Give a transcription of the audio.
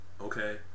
okay